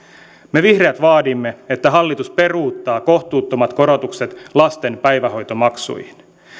vihreät vaadimme että hallitus peruuttaa kohtuuttomat korotukset lasten päivähoitomaksuihin